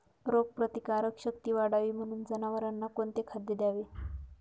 रोगप्रतिकारक शक्ती वाढावी म्हणून जनावरांना कोणते खाद्य द्यावे?